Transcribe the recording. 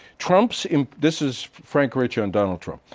trump's, this is frank rich on donald trump,